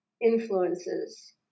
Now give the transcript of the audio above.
influences